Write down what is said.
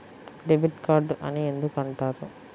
Debit card అని ఎందుకు అంటారు?